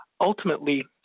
ultimately